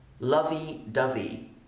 Lovey-dovey